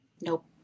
nope